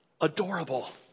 adorable